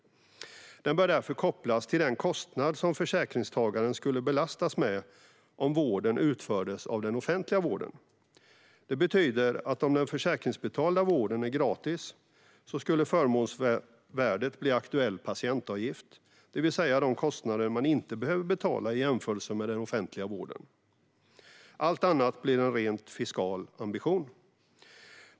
Den bör därför kopplas till den kostnad som försäkringstagaren skulle belastas med om vården utfördes av den offentliga vården. Det betyder att om den försäkringsbetalda vården är gratis skulle förmånsvärdet bli aktuell patientavgift, det vill säga de kostnader man inte behöver betala i jämförelse med den offentliga vården. Allt annat blir en rent fiskal ambition.